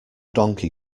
donkey